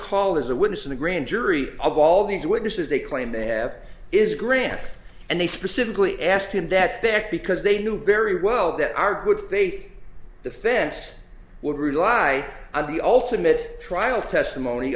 call is a witness in the grand jury of all these witnesses they claim to have is granted and they specifically asked him that that because they knew very well that our good faith defense would rely on the ultimate trial testimony